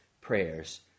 prayers